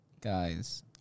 guys